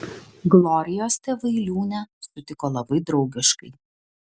glorijos tėvai liūnę sutiko labai draugiškai